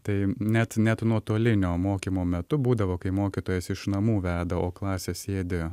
tai net net nuotolinio mokymo metu būdavo kai mokytojas iš namų veda o klasė sėdi